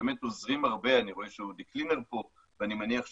שבאמת עוזרים הרבה אני רואה שאודי קלינר פה ואני מניח שאחרים,